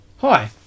Hi